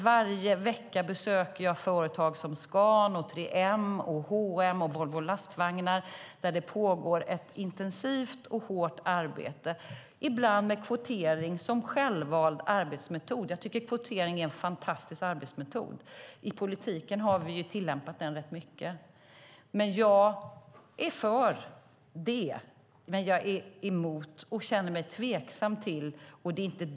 Varje vecka besöker jag företag som Scan, 3M, H & M och Volvo Lastvagnar där det pågår ett intensivt och hårt arbete, ibland med kvotering som självvald arbetsmetod. Jag tycker att kvotering är en fantastisk arbetsmetod. I politiken har vi tillämpat den rätt mycket. Jag är för det, men jag är mot och känner mig tveksam till att lagstifta.